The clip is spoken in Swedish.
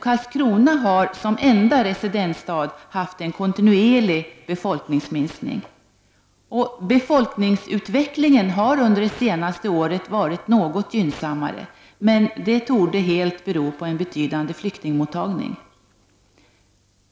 Karlskrona har som enda residensstad haft en kontinuerlig befolkningsminskning. Befolkningsutvecklingen har under det senaste året varit något gynnsammare, men det torde helt bero på en betydande flyktingmottagning.